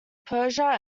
persia